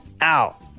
out